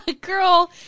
Girl